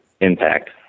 impact